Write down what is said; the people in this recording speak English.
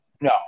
No